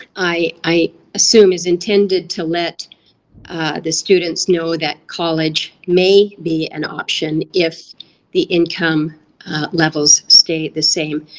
i assume, is intended to let the students know that college may be an option if the income levels stay the same.